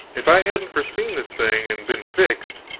if i hadn't foreseen this thing and been fixed,